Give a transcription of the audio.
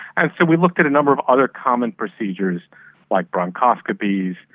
and so we looked at a number of other common procedures like bronchoscopies,